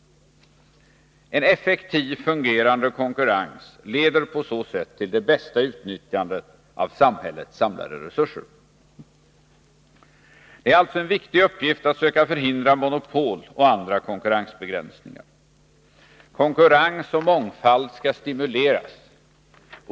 En effektiv, fungerande konkurrens leder på så sätt till det bästa utnyttjandet av samhällets samlade resurser. Det är alltså en viktig uppgift att söka förhindra monopol och andra konkurrensbegränsningar. ”Konkurrens och mångfald skall stimuleras.